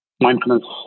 mindfulness